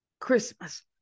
Christmas